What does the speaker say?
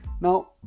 Now